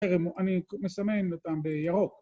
אני מסמן אותם בירוק.